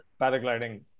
paragliding